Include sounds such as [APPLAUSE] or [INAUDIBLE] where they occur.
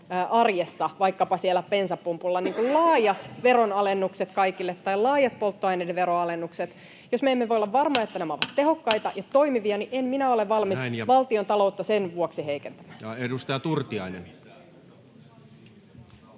Saksa ainakin on tehnyt, ja Italia!] niin kuin laajat veronalennukset kaikille tai laajat polttoaineiden veronalennukset. [NOISE] Jos me emme voi olla varmoja, että nämä ovat tehokkaita ja toimivia, niin en minä ole valmis valtiontaloutta sen vuoksi heikentämään. [Speech